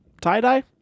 Tie-dye